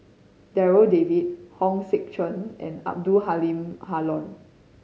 Darryl David Hong Sek Chern and Abdul Halim Haron